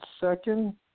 second